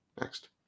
Next